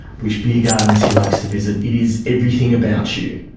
which beer gardens he likes to visit. it is everything about you.